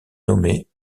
nommer